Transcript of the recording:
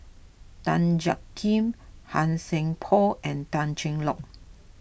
Tan Jiak Kim Han Sai Por and Tan Cheng Lock